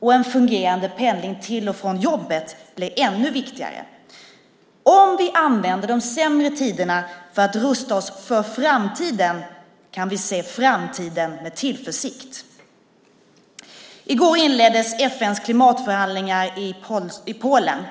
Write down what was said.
och en fungerande pendling till och från jobbet blir ännu viktigare. Om vi använder de sämre tiderna för att rusta oss för framtiden, kan vi se framtiden an med tillförsikt. I går inleddes FN:s klimatförhandlingar i Polen.